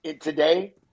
today